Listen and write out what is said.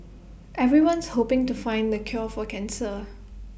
everyone's hoping to find the cure for cancer